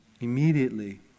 immediately